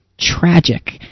tragic